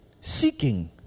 seeking